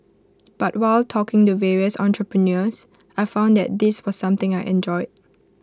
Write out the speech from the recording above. but while talking to various entrepreneurs I found that this was something I enjoyed